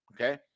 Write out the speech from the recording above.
Okay